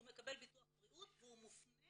הוא מקבל ביטוח בריאות והוא מופנה